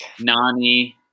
Nani